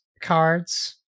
cards